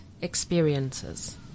experiences